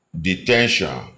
detention